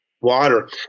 water